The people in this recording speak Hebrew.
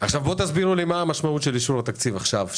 עכשיו בואו תסבירו לי מה המשמעות של אישור התקציב עכשיו,